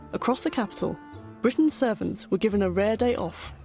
across the capital britain's servants were given a rare day off,